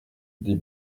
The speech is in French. des